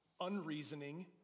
unreasoning